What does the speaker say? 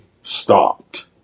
stopped